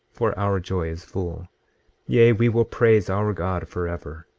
for our joy is full yea, we will praise our god forever.